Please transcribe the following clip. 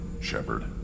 Shepard